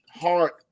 Heart